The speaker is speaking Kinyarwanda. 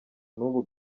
n’ubu